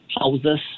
houses